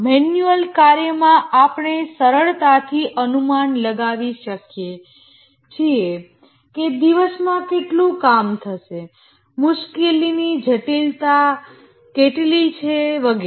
manual કાર્યમાં આપણે સરળતાથી અનુમાન લગાવી શકીએ છીએ કે દિવસમા કેટલું કામ થશે મુશ્કેલીની જટિલતા કેટલી છે વગેરે